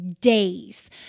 days